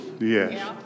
yes